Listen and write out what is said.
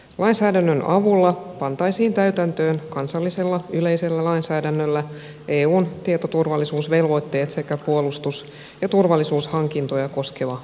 lainsäädännön avulla pantaisiin täytäntöön kansallisella yleisellä lainsäädännöllä eun tietoturvallisuusvelvoitteet sekä puolustus ja turvallisuushankintoja koskeva direktiivi